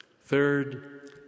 Third